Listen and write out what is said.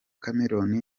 cameroun